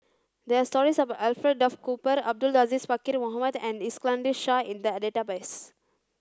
there are stories about Alfred Duff Cooper Abdul Aziz Pakkeer Mohamed and Iskandar Shah in the database